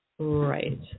Right